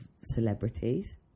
celebrities